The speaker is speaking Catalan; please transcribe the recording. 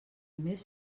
més